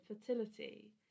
fertility